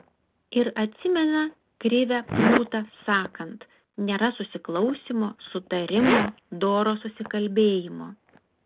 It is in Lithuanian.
ir atsimena krivę prūtą sakant nėra susiklausymo sutarimo doro susikalbėjimo